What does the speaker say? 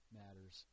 matters